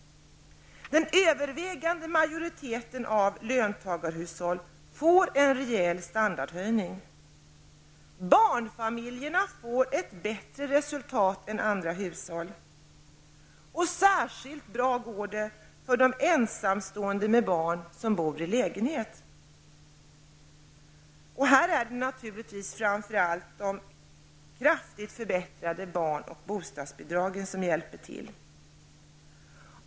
En övervägande majoritet när det gäller löntagarhushållen får en rejäl standardhöjning. Barnfamiljerna får ett bättre resultat än andra hushåll. Särskilt bra går det för ensamstående som har barn och som bor i lägenhet. Här är det naturligtvis framför allt de kraftigt förbättrade barn och bostadsbidragen som hjälper till.